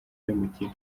y’umukino